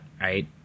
right